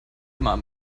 immer